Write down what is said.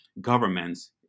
governments